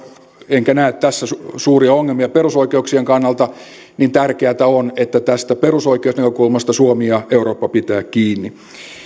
enkä näe tässä suuria ongelmia perusoikeuksien kannalta tärkeätä on että tästä perusoikeusnäkökulmasta suomi ja eurooppa pitävät kiinni